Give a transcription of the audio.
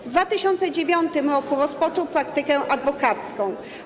W 2009 r. rozpoczął praktykę adwokacką.